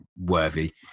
worthy